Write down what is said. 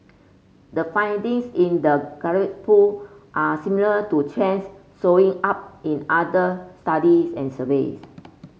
the findings in the poll are similar to trends showing up in other studies and surveys